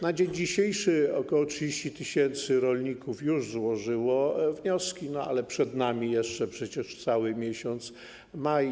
Na dzień dzisiejszy ok. 30 tys. rolników już złożyło wnioski, ale przed nami jeszcze przecież cały miesiąc maj.